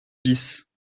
bis